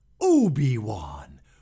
Obi-Wan